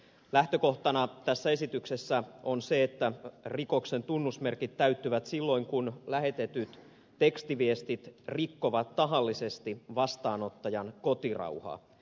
lähtökohtana tässä esityksessä on se että rikoksen tunnusmerkit täyttyvät silloin kun lähetetyt tekstiviestit rikkovat tahallisesti vastaanottajan kotirauhaa